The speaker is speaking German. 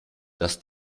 dass